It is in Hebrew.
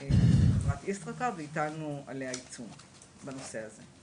של חברת ישראכרט והטלנו עליה עיצום כספי בנושא הזה.